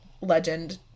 Legend